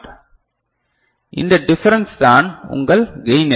எனவே இந்த டிபரன்ஸ் தான் உங்கள் கையின் எரர்